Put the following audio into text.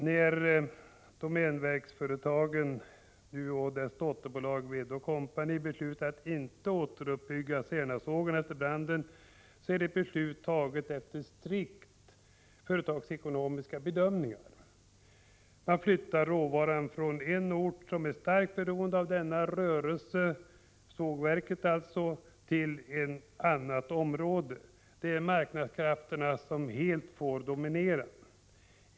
När Domänföretagen och dess dotterbolag Wedde & Co beslutade att inte återuppbygga Särnasågen efter branden, skedde detta i enlighet med strikt företagsekonomiska bedömningar. Man flyttar råvaran från en ort som är starkt beroende av denna rörelse, dvs. sågverket, till ett annat område. Det är alltså marknadskrafterna som helt får dominera.